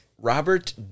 Robert